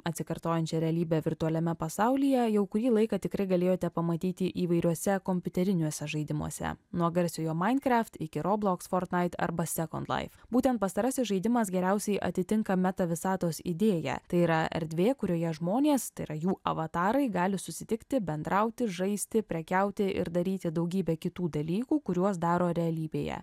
atsikartojančią realybę virtualiame pasaulyje jau kurį laiką tikrai galėjote pamatyti įvairiuose kompiuteriniuose žaidimuose nuo garsiojo minecraft iki roblox fortnite arba second life būtent pastarasis žaidimas geriausiai atitinka metavisatos idėją tai yra erdvė kurioje žmonės tai yra jų avatarai gali susitikti bendrauti žaisti prekiauti ir daryti daugybę kitų dalykų kuriuos daro realybėje